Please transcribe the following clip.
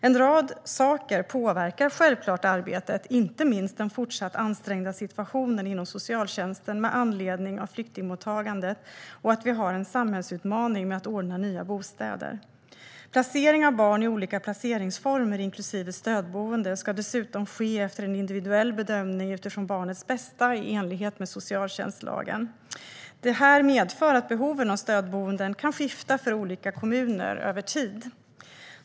En rad saker påverkar självklart arbetet, inte minst den fortsatt ansträngda situationen inom socialtjänsten med anledning av flyktingmottagandet och att vi har en samhällsutmaning med att ordna nya bostäder. Placering av barn i olika placeringsformer, inklusive stödboende, ska dessutom ske efter en individuell bedömning utifrån barnets bästa, i enlighet med socialtjänstlagen. Det här medför att behoven av stödboenden kan skifta för olika kommuner och över tid.